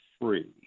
Free